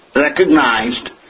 recognized